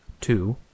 Two